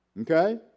okay